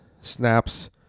snaps